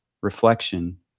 reflection